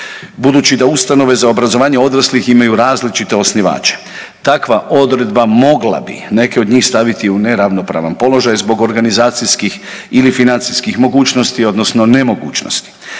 Budući da ustanove za obrazovanje odraslih imaju različite osnivače, takva odredba mogla bi neke od njih staviti u neravnopravan položaj zbog organizacijskih ili financijskih mogućnosti odnosno nemogućnosti.